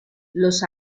los